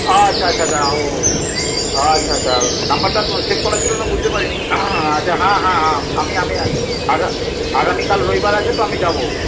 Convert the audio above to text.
ও আচ্ছা আচ্ছা আচ্ছা ও আচ্ছা আচ্ছা নম্বরটা সেভ করা ছিলো না বুঝতে পারি নি আচ্ছা হ্যাঁ হ্যাঁ হ্যাঁ আমি আমি আ আগামীকাল রবিবার আছে তো আমি যাবো